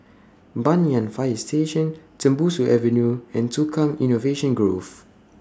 Banyan Fire Station Tembusu Avenue and Tukang Innovation Grove